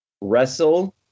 Wrestle